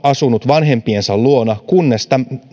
asunut vanhempiensa luona kunnes